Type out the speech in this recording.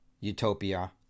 utopia